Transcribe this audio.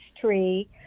tree